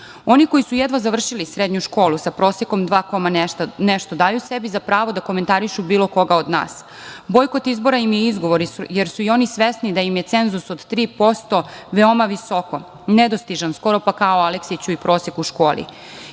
oni koji su jedva završili srednju školu sa prosekom dva koma nešto daju sebi za pravo da komentarišu bilo koga od nas. Bojkot izbora im je izgovor, jer su i oni svesni da im je cenzus od 3% veoma visoko, nedostižan, skoro pa kao Aleksiću i prosek u školi.